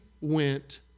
went